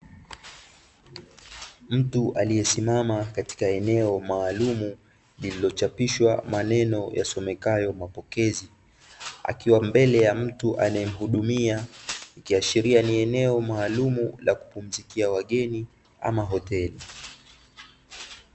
Mtu aliyesimama katika eneo Maalumu lililo chapishwa maneno yasomekayo mapokezi akiwa mbele ya mtu anaye mhudumia, ikiashiria ni eneo maalumu la kupumzikia wageni ama hoteli.